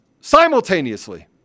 simultaneously